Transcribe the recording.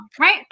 right